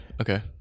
Okay